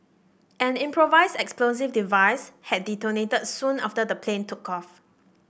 an improvised explosive device had detonated soon after the plane took off